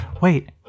Wait